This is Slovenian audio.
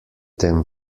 tem